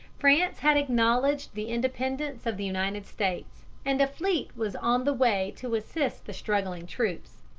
france had acknowledged the independence of the united states, and a fleet was on the way to assist the struggling troops.